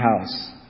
house